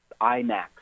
IMAX